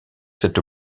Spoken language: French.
cet